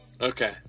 Okay